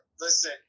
listen